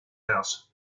house